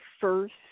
first